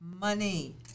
money